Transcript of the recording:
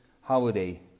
holiday